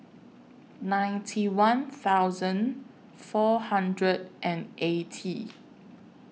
ninety one thousand four hundred and eighty